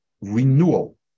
renewal